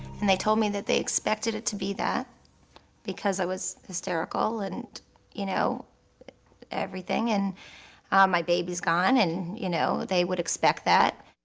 and they told me that they expected it to be that because i was hysterical and you know everything. and my baby's gone, and you know they they would expect that.